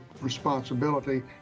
responsibility